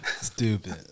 Stupid